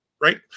Right